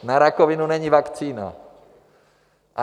Na rakovinu není vakcína.